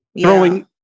throwing